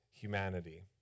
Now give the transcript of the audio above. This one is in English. humanity